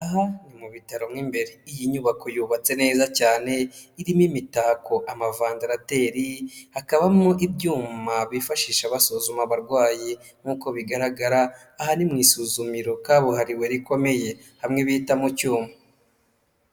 Aha ni mu bitaro mo imbere, iyi nyubako yubatse neza cyane irimo imitako amavandarateri, hakabamo ibyuma bifashisha basuzuma abarwayi, nk'uko bigaragara aha ni mu isuzumiro kabuhariwe rikomeye hamwe bita mu cyuma.